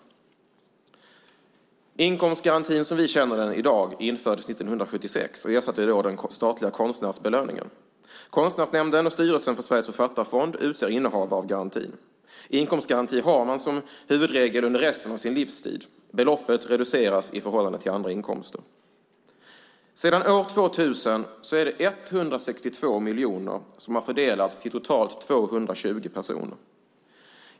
Inkomstgarantin, som vi känner den i dag, infördes 1976 och ersatte då den statliga konstnärsbelöningen. Konstnärsnämnden och styrelsen för Sveriges författarfond utser innehavare av garantin. Inkomstgaranti har man som huvudregel under resten av sin livstid. Beloppet reduceras i förhållande till andra inkomster. Sedan år 2000 har 162 miljoner fördelats till totalt 220 personer.